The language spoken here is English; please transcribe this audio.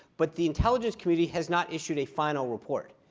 but the intelligence community has not issued a final report.